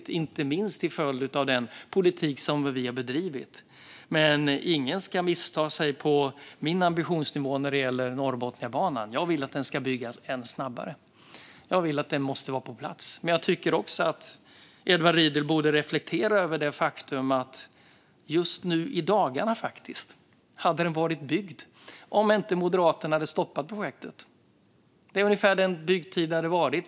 Det sker inte minst till följd av den politik som vi har bedrivit. Ingen ska missta sig på min ambitionsnivå när det gäller Norrbotniabanan. Jag vill att den ska byggas än snabbare. Den måste komma på plats. Men jag tycker också att Edward Riedl borde reflektera över det faktum att just nu i dagarna hade den varit byggd om inte Moderaterna hade stoppat projektet. Det är ungefär den byggtid som hade varit.